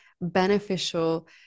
beneficial